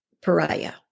pariah